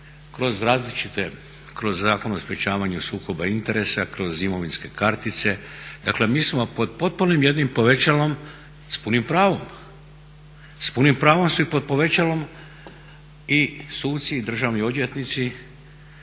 kroz različite, kroz Zakon o sprječavanju sukoba interesa, kroz imovinske kartice. Dakle mi smo pod potpunim jedim povećalo s punim pravom, s punim pravom su i pod povećalom i suci i državni odvjetnici,